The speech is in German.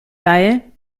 geil